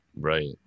Right